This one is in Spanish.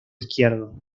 izquierdo